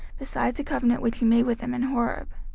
beside the covenant which he made with them in horeb.